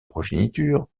progéniture